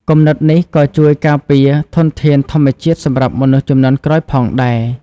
គំនិតនេះក៏ជួយការពារធនធានធម្មជាតិសម្រាប់មនុស្សជំនាន់ក្រោយផងដែរ។